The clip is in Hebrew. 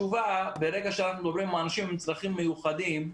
ברגע שאנחנו מדברים על אנשים עם צרכים מיוחדים,